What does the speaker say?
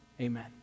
amen